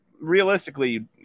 realistically